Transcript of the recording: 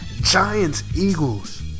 Giants-Eagles